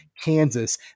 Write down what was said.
kansas